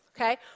okay